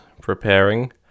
preparing